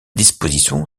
disposition